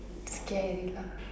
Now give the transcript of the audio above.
scary lah